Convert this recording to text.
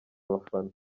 abafana